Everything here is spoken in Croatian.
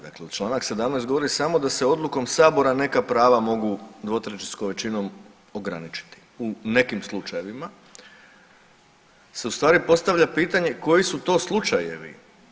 Dakle, članak 17. govori samo da se odlukom Sabora neka prava mogu dvotrećinskom većinom ograničiti u nekim slučajevima se u stvari postavlja pitanje koji su to slučajevi.